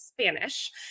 Spanish